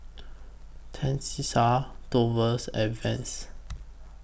Tenisha Dovie's and Vance